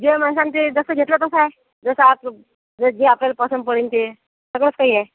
जे माणसाना ते जसं घेतलं तसं आहे जसं आप जे आपल्याला पसंत पडेन ते सगळंच काही आहे